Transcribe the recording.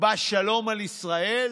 בא שלום על ישראל,